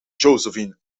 josephine